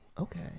okay